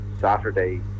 Saturday